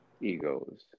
egos